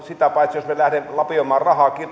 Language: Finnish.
sitä paitsi jos me lähdemme lapioimaan rahaa